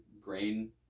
grain